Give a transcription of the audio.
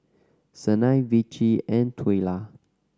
Sanai Vicie and Twyla